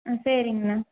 ஆ சரிங்ண்ணா